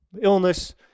illness